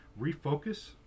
refocus